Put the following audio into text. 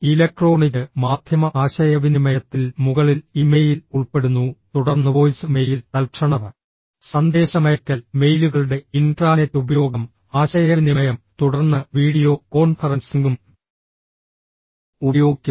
electronic മാധ്യമ ആശയവിനിമയത്തിൽ മുകളിൽ ഇമെയിൽ ഉൾപ്പെടുന്നു തുടർന്ന് വോയ്സ് മെയിൽ തൽക്ഷണ സന്ദേശമയയ്ക്കൽ മെയിലുകളുടെ ഇൻട്രാനെറ്റ് ഉപയോഗം ആശയവിനിമയം തുടർന്ന് വീഡിയോ കോൺഫറൻസിംഗും ഉപയോഗിക്കുന്നു